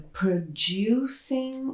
producing